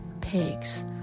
pigs